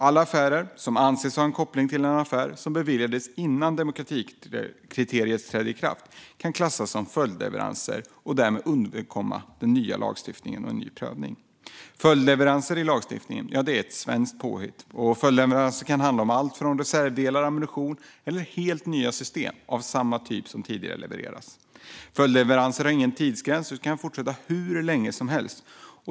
Alla affärer som anses ha en koppling till en affär som beviljades innan demokratikriteriet trädde i kraft kan klassas som följdleveranser och därmed undkomma den nya lagstiftningen och en ny prövning. Följdleveranser i lagstiftningen är ett svenskt påhitt. Följdleveranser kan handla om allt från reservdelar, ammunition till helt nya system av samma typ som tidigare levererats. Följdleveranser har ingen tidsgräns utan kan fortsätta hur länge som helst.